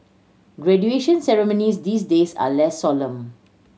graduation ceremonies these days are less solemn